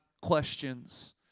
questions